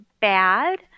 bad